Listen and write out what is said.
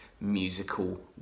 musical